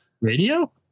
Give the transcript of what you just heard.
Radio